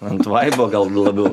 ant vaibo gal labiau